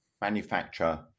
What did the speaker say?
manufacture